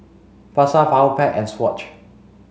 Pasar Powerpac and Swatch